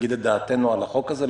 להגיד את דעתנו על החוק הזה,